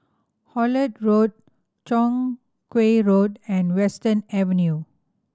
Holt Road Chong Kuo Road and Western Avenue